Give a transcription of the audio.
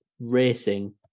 racing